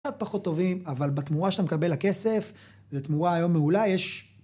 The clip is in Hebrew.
קצת פחות טובים, אבל בתמורה שאתה מקבל לכסף, זו תמורה היום מעולה, יש...